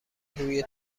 روی